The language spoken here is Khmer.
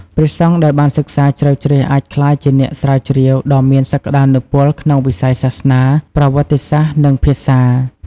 ព្រះសង្ឃដែលបានសិក្សាជ្រៅជ្រះអាចក្លាយជាអ្នកស្រាវជ្រាវដ៏មានសក្តានុពលក្នុងវិស័យសាសនា ប្រវត្តិសាស្ត្រ និងភាសា។